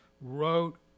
wrote